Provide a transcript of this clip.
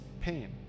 pain